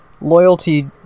loyalty